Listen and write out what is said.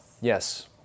Yes